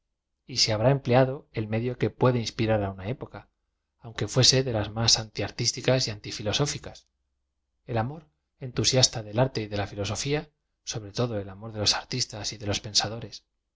y se habrá empleado el medio que puede inspirar á una época aunque fuese de las más antiartísticas y antifilosóficas el amor entuaiasta del arte y de la flloaofía sobre todo el amor de los